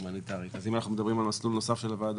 אם אנחנו מדברים על מסלול נוסף של הוועדה